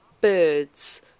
birds